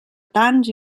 tants